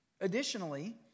Additionally